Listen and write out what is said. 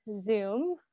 Zoom